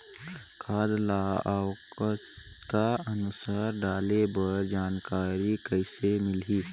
खाद ल आवश्यकता अनुसार डाले बर जानकारी कइसे मिलही?